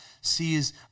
sees